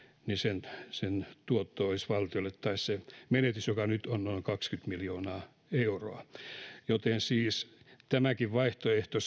niin sen sen tuotto olisi valtiolle se menetys on nyt on noin kaksikymmentä miljoonaa euroa siis tämäkin vaihtoehto